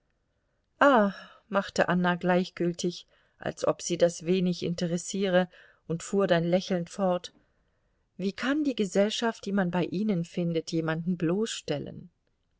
machte anna gleichgültig als ob sie das wenig interessiere und fuhr dann lächelnd fort wie kann die gesellschaft die man bei ihnen findet jemanden bloßstellen